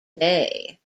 may